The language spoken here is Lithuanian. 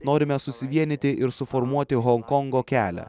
norime susivienyti ir suformuoti honkongo kelią